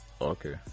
Okay